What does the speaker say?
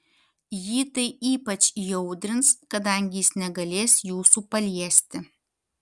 jį tai ypač įaudrins kadangi jis negalės jūsų paliesti